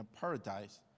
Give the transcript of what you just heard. paradise